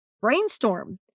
Brainstorm